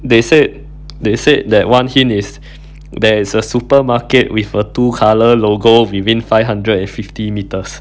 they said they said that one hint is there is a supermarket with a two colour logo within five hundred and fifty meters